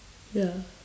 ya